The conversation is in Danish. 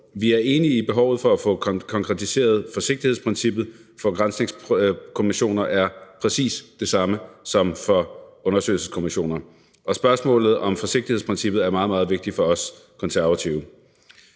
Vi er enige i, at behovet for at få konkretiseret forsigtighedsprincippet for granskningskommissioner er præcis det samme som for undersøgelseskommissioner, og spørgsmålet om forsigtighedsprincippet er meget, meget vigtigt for os konservative.